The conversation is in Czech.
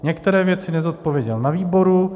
Některé věci nezodpověděl na výboru.